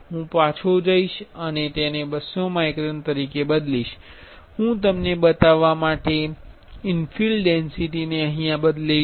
હું પાછો જઈશ અને તેને 200 માઇક્રોન તરીકે બદલીશ અને હું તમને બતાવવા માટે ઇન્ફિલ ડેન્સિટી ને અહીયા બદલીશ